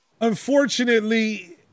Unfortunately